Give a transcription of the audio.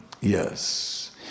yes